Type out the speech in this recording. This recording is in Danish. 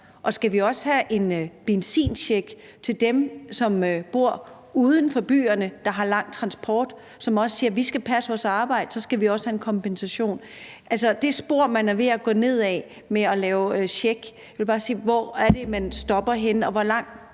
og skal vi også have en benzincheck til dem, som bor uden for byerne, som har en lang transport, og som også siger: Vi skal passe vores arbejde, og vi skal også have en kompensation? I forhold til det spor, som man er ved at gå ned ad med at lave en check, vil jeg bare spørge: Hvor er det, man stopper? Og hvor